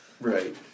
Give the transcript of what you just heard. right